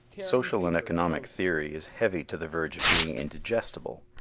social and economic theory is heavy to the verge of being indigestible.